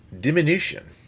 diminution